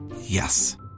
Yes